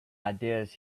ideas